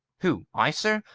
who, i, sir?